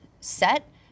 set